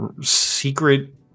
secret